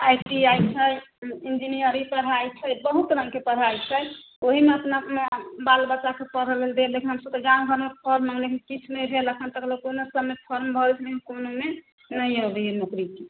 I T I छै engineering पढ़ाइ छै बहुत रङ्गके पढ़ाइ छै ओहीमे अपना अपना बाल बच्चाके पढ़ैलए देब हमसब तऽ गाम घरमे पढ़लहुँ लेकिन किछु नहि भेल एखन तक कोनो सबमे फॉर्म भरली कोनोमे नहि अबैए नौकरीके